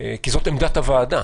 כי זאת עמדת הוועדה.